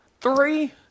three